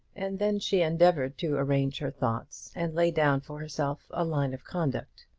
and then she endeavoured to arrange her thoughts and lay down for herself a line of conduct.